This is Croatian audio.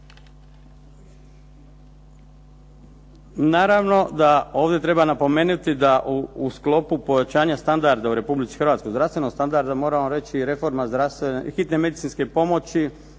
Naravno da ovdje treba napomenuti da u sklopu povećanja standarda u Republici Hrvatskoj zdravstvenog standarda, moram vam reći reforma hitne medicinske pomoći,